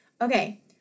Okay